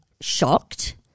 shocked